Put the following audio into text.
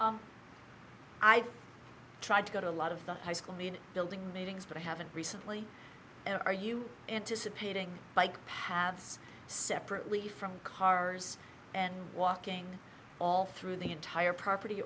i've tried to go to a lot of the high school mean building meetings but i haven't recently are you anticipating bike paths separately from cars and walking all through the entire property